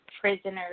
prisoners